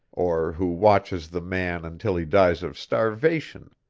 or who watches the man until he dies of starvation,